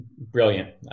Brilliant